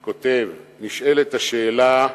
כותב: "נשאלת השאלה,